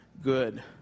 good